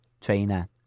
trainer